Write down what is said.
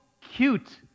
cute